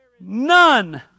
none